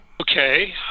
Okay